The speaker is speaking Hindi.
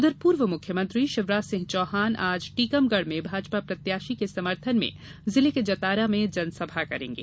उधर पूर्व मुख्यमंत्री शिवराज सिंह चौहान आज टीकमगढ़ में भाजपा प्रत्याशी के समर्थन जिले के जतारा में जनसभा करेंगे